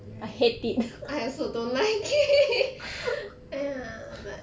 I also don't like it !aiya! but